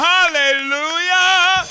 Hallelujah